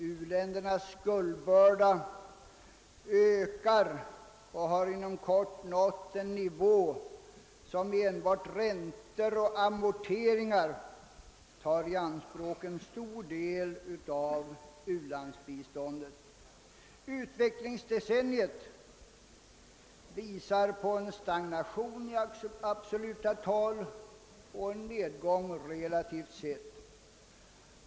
U-ländernas skuldbörda ökar och har inom kort nått en nivå där enbart räntor och amorteringar tar i anspråk en stor del av ulandsbiståndet. » Utvecklingsdecenniet» uppvisar en stagnation i absoluta tal och en nedgång relativt sett.